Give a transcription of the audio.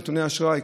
נתוני אשראי,